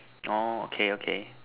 orh okay okay